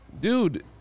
Dude